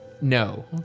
No